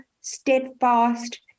steadfast